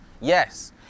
Yes